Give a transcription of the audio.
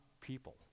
people